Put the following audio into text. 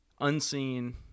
unseen